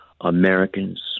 Americans